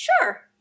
Sure